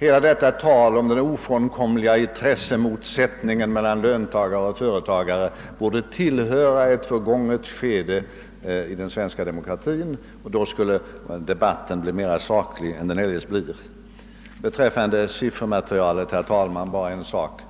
Hela detta tal om den ofrånkomliga intressemotsättningen mellan löntagare och företagare borde tillhöra ett förgånget skede i den svenska demokratin; i så fall skulle debatten bli mer saklig än den för närvarande är. Beträffande siffermaterialet bara en sak: